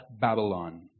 Babylon